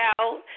out